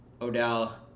Odell